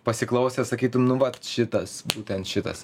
pasiklausęs sakytum nu vat šitas būtent šitas